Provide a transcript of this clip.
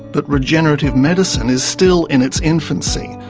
but regenerative medicine is still in its infancy.